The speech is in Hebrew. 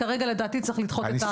כרגע לדעתי צריך לדחות את הדיון.